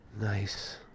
nice